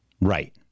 Right